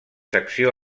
secció